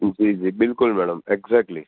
જી જી બિલકુલ madam exactly